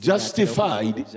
Justified